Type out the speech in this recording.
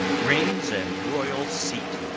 rings and royal-seat,